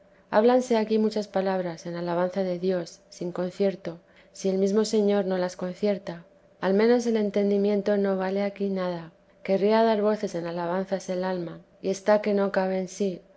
habíanse aquí muchas palabras en alabanza de dios sin concierto si el mesmo señor no las concierta al menos el entendimiento no vale aquí na da querría dar voces en alabanzas el alma y está que no teresa de jesús cabe en sí